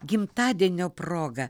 gimtadienio proga